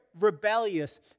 rebellious